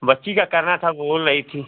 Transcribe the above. बच्ची का करना था बोल रही थी